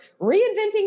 reinventing